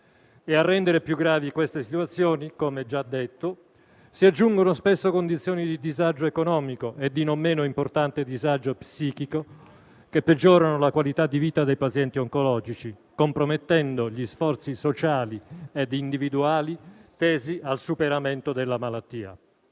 A rendere più gravi queste situazioni, come già detto, si aggiungono spesso condizioni di disagio economico e di non meno importante disagio psichico, che peggiorano la qualità di vita dei pazienti oncologici, compromettendo gli sforzi sociali e individuali tesi al superamento della malattia.